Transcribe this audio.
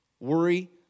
Worry